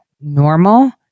Normal